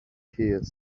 here